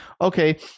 okay